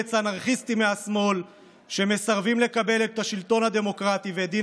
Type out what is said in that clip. קומץ אנרכיסטים מהשמאל שמסרבים לקבל את השלטון הדמוקרטי ואת דין